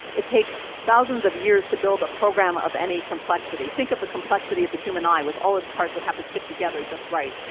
it takes thousands of years to build a program of any complexity. think of the complexity of the human eye, with all its parts that have to fit together just right.